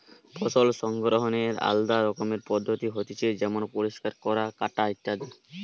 ফসল সংগ্রহনের আলদা রকমের পদ্ধতি হতিছে যেমন পরিষ্কার করা, কাটা ইত্যাদি